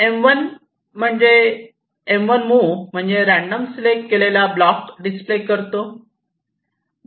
M1 move म्हणजे random select केलेला block display करतो